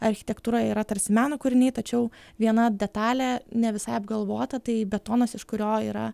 architektūra yra tarsi meno kūriniai tačiau viena detalė ne visai apgalvota tai betonas iš kurio yra